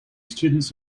students